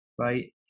right